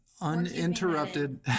uninterrupted